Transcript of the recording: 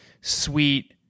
sweet